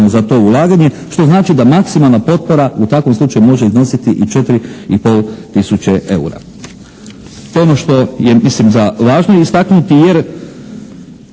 za to ulaganje. Što znači da maksimalna potpora u takvom slučaju može iznositi i 4 i pol tisuće eura. To je ono što je mislim za važno istaknuti jer